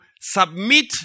submit